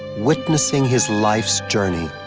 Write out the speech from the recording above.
witnessing his life's journey.